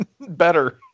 Better